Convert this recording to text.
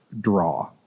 draw